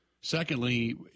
Secondly